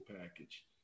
package